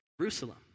Jerusalem